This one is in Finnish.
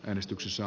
äänestyksessä